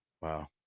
Wow